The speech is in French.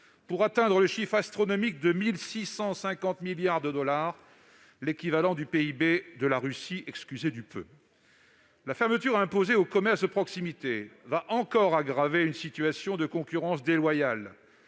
pour atteindre le chiffre astronomique de 1 650 milliards de dollars, l'équivalent du produit intérieur brut de la Russie- excusez du peu ! La fermeture imposée aux commerces de proximité va encore aggraver une situation de concurrence déloyale.